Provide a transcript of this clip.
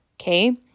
okay